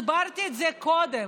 הסברתי את זה קודם: